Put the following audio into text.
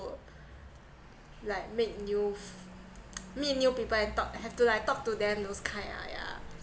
like make new meet new people and talk have to like talk to them those kind ah yeah